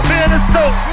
Minnesota